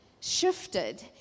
shifted